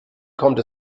kommt